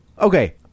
Okay